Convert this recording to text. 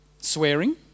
Swearing